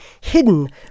hidden